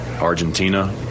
Argentina